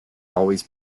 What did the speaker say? always